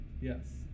Yes